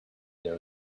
their